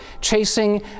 chasing